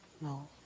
no